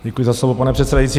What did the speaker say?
Děkuji za slovo, pane předsedající.